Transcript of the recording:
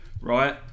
right